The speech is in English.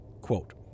quote